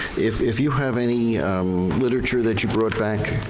if if you have any literature, that you brought back,